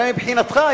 הרי מבחינתך,